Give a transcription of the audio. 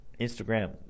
Instagram